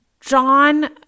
John